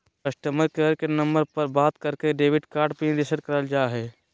customer care के number पर बात करके डेबिट कार्ड पिन रीसेट करल जा हय